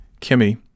Kimmy